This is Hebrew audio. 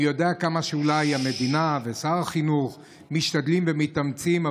אני יודע כמה המדינה ושר החינוך משתדלים ומתאמצים,